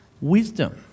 Wisdom